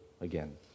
again